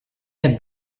have